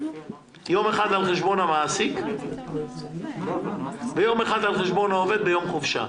יום אחד על חשבון המעסיק ויום אחד על חשבון העובד ביום חופשה.